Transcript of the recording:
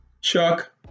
Chuck